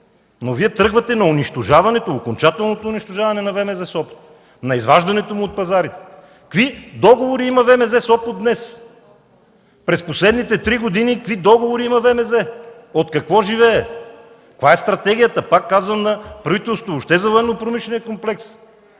но Вие тръгвате на окончателното унищожаване на ВМЗ – Сопот, на изваждането му от пазарите. Какви договори има ВМЗ – Сопот днес? През последните три години какви договори има ВМЗ, от какво живее? Каква е стратегията, пак казвам, на правителството въобще за Военнопромишления комплекс?